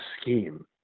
scheme